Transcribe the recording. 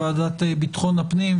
ועדת ביטחון הפנים.